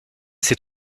ses